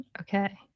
Okay